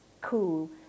cool